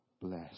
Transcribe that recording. bless